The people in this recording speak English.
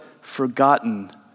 forgotten